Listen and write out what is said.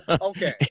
Okay